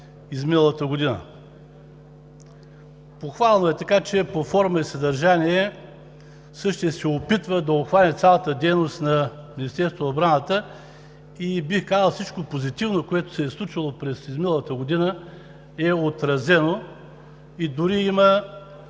изминалата година. Похвално е, че по форма и съдържание същият се опитва да обхване цялата дейност на Министерството на отбраната. Бих казал, че всичко позитивно, което се е случило през изминалата година, е отразено и дори има